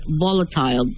volatile